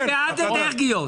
אני בעד אנרגיות.